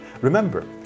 Remember